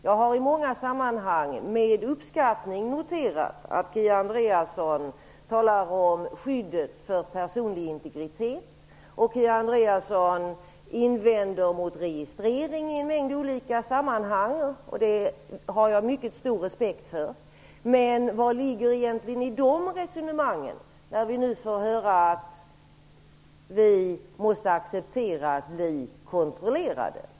Jag har i många sammanhang med uppskattning noterat att Kia Andreasson talar om skyddet för personlig integritet. Hon invänder mot registrering i en mängd olika sammanhang, och det har jag mycket stor respekt för. Vad ligger egentligen i de resonemangen när vi nu får höra att vi måste acceptera att bli kontrollerade?